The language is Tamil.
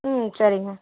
ம் சரிங்க